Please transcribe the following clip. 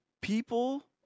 people